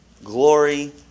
glory